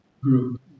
group